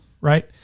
right